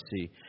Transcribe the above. see